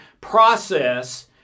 process